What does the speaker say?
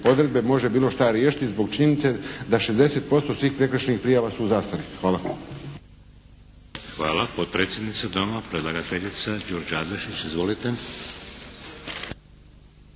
odredbe može bilo šta riješiti zbog činjenice da 60% svih prekršajnih prijava su u zastari. Hvala. **Šeks, Vladimir (HDZ)** Hvala. Potpredsjednica Doma, predlagateljica, Đurđa Adlešić. Izvolite.